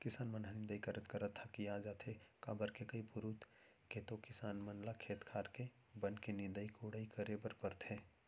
किसान मन ह निंदई करत करत हकिया जाथे काबर के कई पुरूत के तो किसान मन ल खेत खार के बन के निंदई कोड़ई करे बर परथे